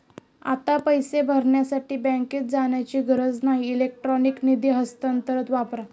आता पैसे भरण्यासाठी बँकेत जाण्याची गरज नाही इलेक्ट्रॉनिक निधी हस्तांतरण वापरा